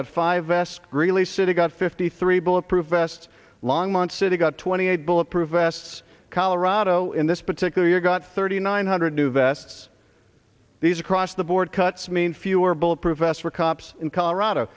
got five s really city got fifty three bullet proof vests longmont city got twenty eight bulletproof vests colorado in this particular year got thirty nine hundred new vests these across the board cuts mean fewer bulletproof vests for cops in colorado